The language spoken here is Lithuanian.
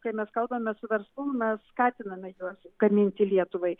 kai mes kalbame su verslu mes skatiname juos gaminti lietuvai